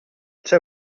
c’è